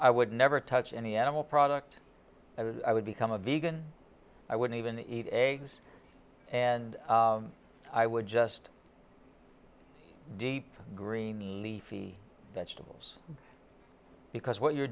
i would never touch any animal product i would become a vegan i wouldn't even eat eggs and i would just deep green leafy vegetables because what you're